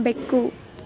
ಬೆಕ್ಕು